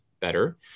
better